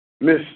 Miss